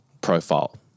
profile